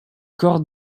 corps